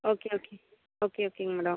okay okay okay ஓகேங்க madam